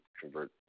convert